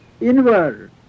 inward